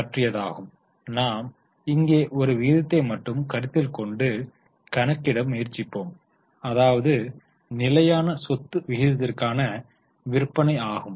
பற்றியதாகும் நாம் இங்கே ஒரு விகிதத்தை மட்டும் கருத்தில் கொண்டு கணக்கிட முயற்சிப்போம் அதாவது நிலையான சொத்து விகிதத்திற்கான விற்பனை ஆகும்